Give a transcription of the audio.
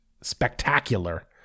spectacular